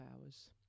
hours